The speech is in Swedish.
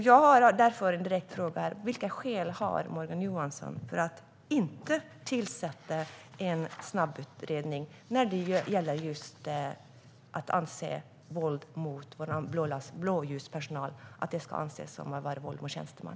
Jag har därför en direkt fråga: Vilka skäl har Morgan Johansson till att inte tillsätta en snabbutredning om just att angrepp mot vår blåljuspersonal ska anses vara våld mot tjänsteman?